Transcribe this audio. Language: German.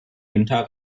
günther